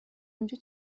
اونجا